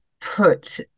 put